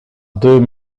deux